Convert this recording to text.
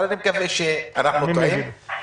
אבל אני מקווה שאנחנו טועים,